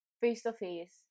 face-to-face